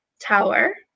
tower